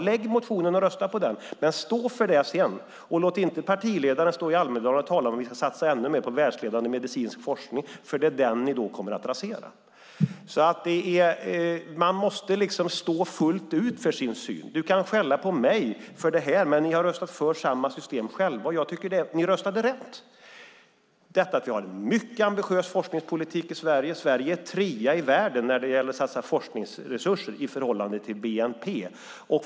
Väck motionen och rösta på den, men stå sedan för det förslaget och låt inte partiledaren stå i Almedalen och tala om att vi ska satsa ännu mer på världsledande medicinsk forskning. Det är nämligen den ni då kommer att rasera. Man måste stå för sin syn fullt ut. Peter Persson kan skälla på mig för den fördelning vi har, men ni har själva röstat för samma system, Peter Persson. Jag tycker att ni röstade rätt. Vi har en mycket ambitiös forskningspolitik i Sverige. Sverige är trea i världen när det gäller att satsa forskningsresurser i förhållande till bnp.